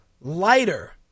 lighter